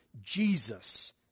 Jesus